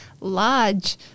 large